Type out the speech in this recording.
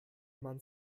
man